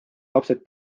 lapsed